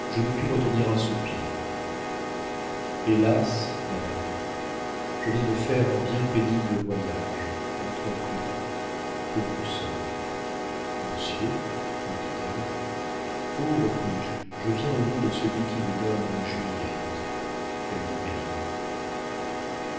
je ne pus retenir un soupir hélas madame je viens de faire un bien pénible voyage entrepris pour vous seule monsieur me dit-elle oh repris-je je viens au nom de celui qui vous nomme juliette elle pâlit